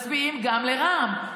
מצביעים גם לרע"מ.